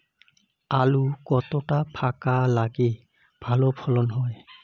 আলু কতটা ফাঁকা লাগে ভালো ফলন হয়?